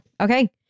Okay